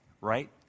right